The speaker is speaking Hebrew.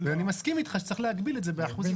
אני מסכים איתך שצריך להגביל את זה באחוזים,